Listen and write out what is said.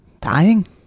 Dying